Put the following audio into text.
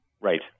Right